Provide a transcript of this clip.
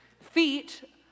Feet